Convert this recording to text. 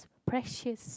precious